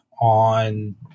on